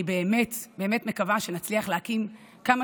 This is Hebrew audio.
אני באמת באמת מקווה שנצליח להקים כמה